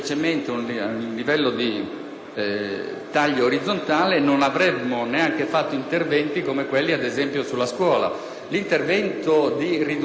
di tagli orizzontali non avremmo neanche fatto interventi come quelli, ad esempio, sulla scuola. L'intervento di riduzione del costo della scuola,